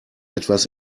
etwas